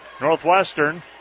Northwestern